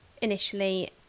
initially